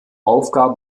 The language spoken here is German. aufgabe